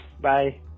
Bye